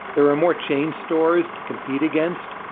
there are more chain stores to compete against.